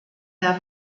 der